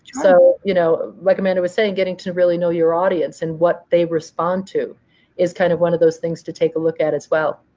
so you know like amanda was saying, getting to really know your audience and what they respond to is kind of one of those things to take a look at as well.